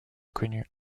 connue